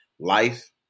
life